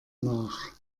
nach